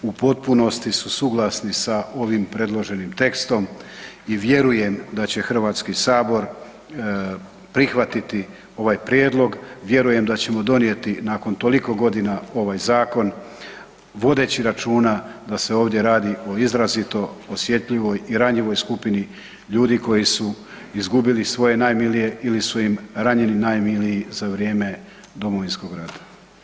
U potpunosti su suglasni sa ovim predloženim tekstom i vjerujem da će Hrvatski sabor prihvatiti ovaj prijedlog, vjerujem da ćemo donijeti nakon toliko godina ovaj zakon vodeći računa da se ovdje radi o izrazito osjetljivoj i ranjivoj skupini ljudi koji su izgubili svoje najmilije ili su im ranjeni najmiliji za vrijeme Domovinskog rata.